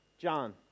John